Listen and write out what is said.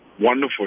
wonderful